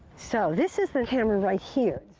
so this is the camera right here,